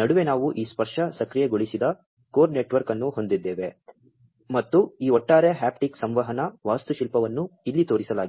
ನಡುವೆ ನಾವು ಈ ಸ್ಪರ್ಶ ಸಕ್ರಿಯಗೊಳಿಸಿದ ಕೋರ್ ನೆಟ್ವರ್ಕ್ ಅನ್ನು ಹೊಂದಿದ್ದೇವೆ ಮತ್ತು ಈ ಒಟ್ಟಾರೆ ಹ್ಯಾಪ್ಟಿಕ್ ಸಂವಹನ ವಾಸ್ತುಶಿಲ್ಪವನ್ನು ಇಲ್ಲಿ ತೋರಿಸಲಾಗಿದೆ